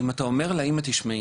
אם אתה אומר לאמא "תשמעי,